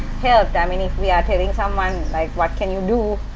helped i mean, if we are telling someone like, what can you do,